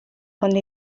quando